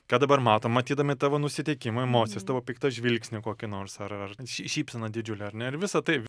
ką dabar matom matydami tavo nusiteikimą emocijas tavo piktą žvilgsnį kokį nors ar ar ten šy šypseną didžiulę ar ne ir visa tai